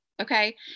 Okay